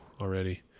already